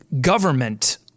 government